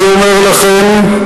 אני אומר לכם,